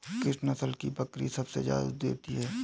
किस नस्ल की बकरी सबसे ज्यादा दूध देती है?